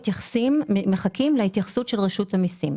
ומחכים להתייחסות של רשות המסים.